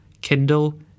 Kindle